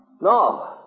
No